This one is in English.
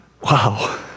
Wow